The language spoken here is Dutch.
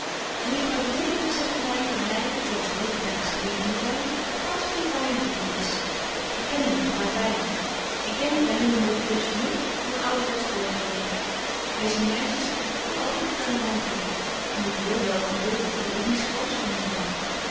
mejuffrouw de weduwe zegt my dat hy zo als de hedendaagsche heeren nu zyn gansch geen kwaaje jongen is ik ken hem nog maar weinig ik denk dat hy meer modieus vernuft dan ouwerwets oordeel heeft hy's een meisjes gek die altyd wat aan de hand heeft en die ik heel wel kan dulden om dat ik niets groots van hem wagt